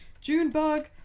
Junebug